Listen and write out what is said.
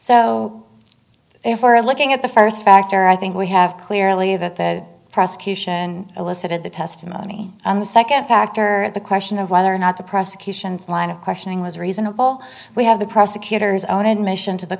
so if we're looking at the first factor i think we have clearly that the prosecution elicited the testimony on the second factor at the question of whether or not the prosecution's line of questioning was reasonable we have the prosecutor's own admission to the